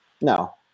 No